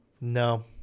No